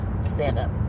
stand-up